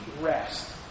rest